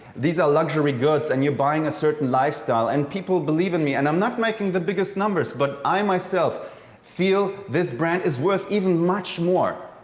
these are luxury goods and you're buying a certain lifestyle. and people believe in me. and i'm not making the biggest numbers, but i myself feel this brand is worth even much more.